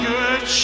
Good